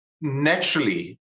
naturally